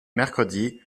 mercredi